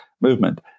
movement